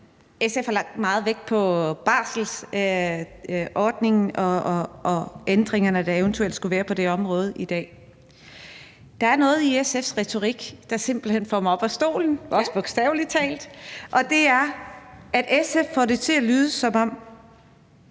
i dag lagt meget vægt på barselsordningen og ændringerne, der eventuelt skulle være på det område. Der er noget i SF's retorik, der simpelt hen får mig op af stolen, også bogstavelig talt, og det er, at SF får det til at lyde, som om